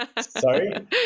sorry